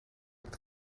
met